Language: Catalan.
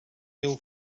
teu